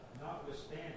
Notwithstanding